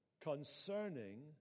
concerning